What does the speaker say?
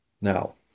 Now